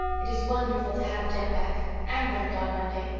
it is wonderful to have jem back and little dog monday.